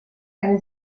eine